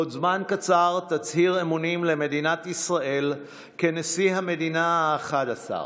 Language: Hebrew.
בעוד זמן קצר תצהיר אמונים למדינת ישראל כנשיא המדינה האחד-עשר,